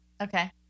Okay